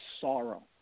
sorrow